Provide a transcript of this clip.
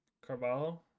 Carvalho